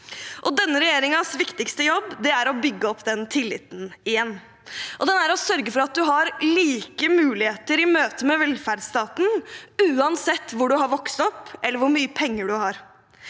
Denne regjeringens viktigste jobb er å bygge opp den tilliten igjen. Det er å sørge for at du har like muligheter i møte med velferdsstaten uansett hvor du har vokst opp, eller hvor mye penger du har.